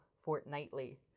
fortnightly